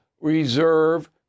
reserve